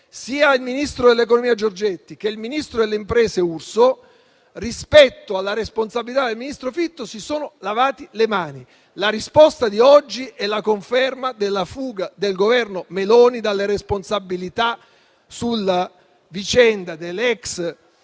casi il ministro Giorgetti e il ministro Urso, rispetto alla responsabilità del ministro Fitto, si sono lavati le mani. La risposta di oggi è la conferma della fuga del Governo Meloni dalle responsabilità sulla vicenda delle ex